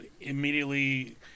immediately